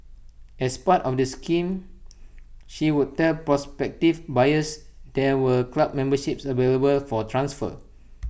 as part of the scam she would tell prospective buyers there were club memberships available for transfer